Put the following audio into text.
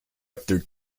after